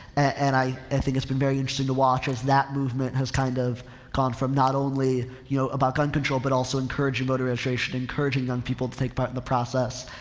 and i think it's been very interesting to watch as that movement has kind of gone from not only, you know, about gun control but also encouraging voter registration, encouraging young people to take part in the process.